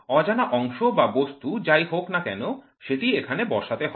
অজানা অংশ বা বস্তু যাই হোক না কেন সেটি এখানে বসাতে হয়